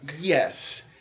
Yes